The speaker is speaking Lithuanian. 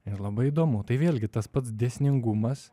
ir labai įdomu tai vėlgi tas pats dėsningumas